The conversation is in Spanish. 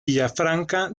villafranca